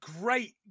great